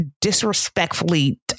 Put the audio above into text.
disrespectfully